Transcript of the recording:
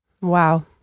Wow